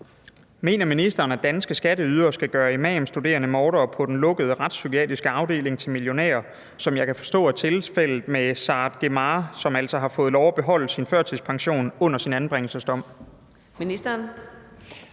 Mener ministeren, at danske skatteydere skal gøre imamstuderende mordere på den lukkede retspsykiatriske afdeling til millionærer, som så vidt ses er tilfældet med Saad Gmar, som altså har fået lov til at beholde sin førtidspension under sin anbringelsesdom?